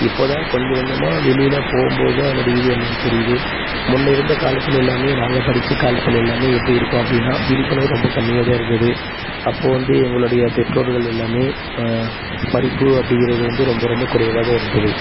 இப்போ தான் கொஞ்சம் கொஞ்சமாக வெளியில் போகும் போது அதனுடைய இது என்னென்னு தெரியுது முன்னே இருந்த காலத்தில் எல்லாமே நாங்கள் படித்த காலத்தில் எல்லாமே எப்படி இருக்கும் அப்படின்னா விழிப்புணர்வு ரொம்ப கம்மியாக தான் இருந்தது அப்போது வந்து எங்களுடைய பெற்றோர்கள் எல்லாமே படிப்பு அப்படிங்கிறது வந்து ரொம்ப ரொம்ப குறைவாக தான் இருந்தது